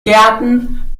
gärten